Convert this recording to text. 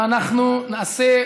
ואנחנו נעשה,